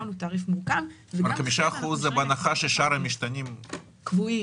הוא תעריף מורכב --- 5% זה בהנחה ששאר המשתנים קבועים.